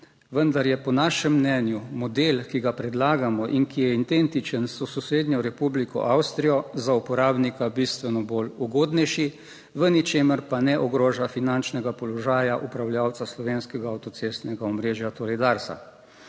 Vendar je po našem mnenju model, ki ga predlagamo in ki je identičen s sosednjo Republiko Avstrijo za uporabnika bistveno bolj ugodnejši, v ničemer pa ne ogroža finančnega položaja upravljavca slovenskega avtocestnega omrežja, torej Darsa.